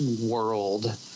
world